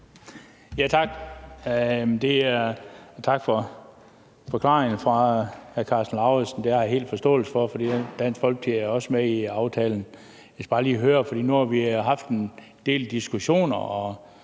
Tak for forklaringen fra hr. Karsten Lauritzen. Det har jeg helt forståelse for, for Dansk Folkeparti er også med i aftalen. Jeg skal bare lige høre om noget. Nu har vi haft en del diskussioner,